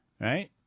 right